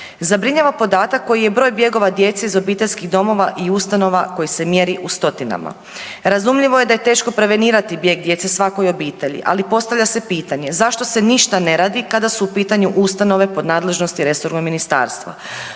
Zabrinjava podatak koji je broj bjegova djece iz obiteljskih domova i ustanova koji se mjeri u stotinama. Razumljivo je da je teško prevenirati bijeg djece svakoj obitelji, ali postavlja se pitanje zašto se ništa ne radi kada su u pitanju ustanove pod nadležnosti resornog ministarstva.